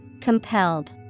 Compelled